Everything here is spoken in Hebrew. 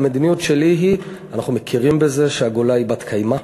המדיניות שלי היא: אנחנו מכירים בזה שהגולה היא בת-קיימא,